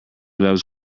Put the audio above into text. loves